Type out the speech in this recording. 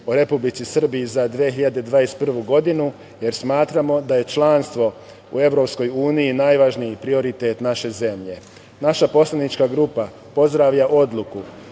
o Republici Srbiji za 2021. godinu jer smatramo da je članstvo u EU najvažniji prioritet naše zemlje. Naša poslanička grupa pozdravlja odluku